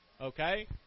okay